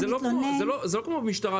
זה לא כמו המשטרה,